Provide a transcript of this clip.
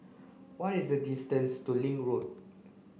what is the distance to Link Road